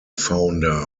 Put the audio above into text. founder